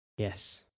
Yes